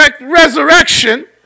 resurrection